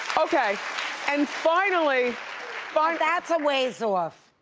okay and finally that's a ways off.